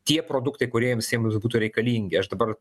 tie produktai kurie jiems jiems būtų reikalingi aš dabar